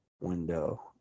window